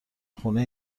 خونه